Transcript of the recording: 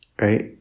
right